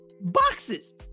boxes